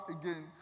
again